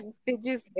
stages